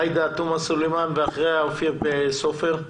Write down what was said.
עאידה תומא סלימאן ואחריה אופיר סופר.